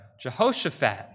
Jehoshaphat